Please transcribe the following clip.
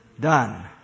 Done